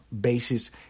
basis